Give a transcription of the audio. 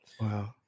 Wow